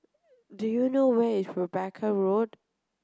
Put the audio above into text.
do you know where is Rebecca Road